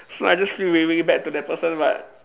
so I just feel really really bad to the that person but